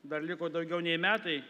dar liko daugiau nei metai